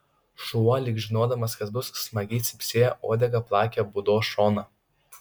šuo lyg žinodamas kas bus smagiai cypsėjo uodega plakė būdos šoną